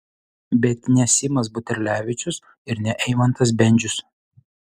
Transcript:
bet ne simas buterlevičius ir ne eimantas bendžius